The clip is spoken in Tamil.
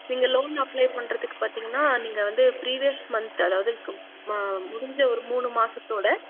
நீங்கள் லோன் அப்ளே பண்றத்துக்கு பார்த்தீங்கன்னா நீங்கள் வந்து ப்ரீவியஸ் மந்த் அதாவது கும் மா முடிஞ்ச ஒரு மூணு மாதத்தோட